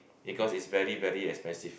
because it's very very expensive